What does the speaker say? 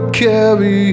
carry